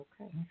Okay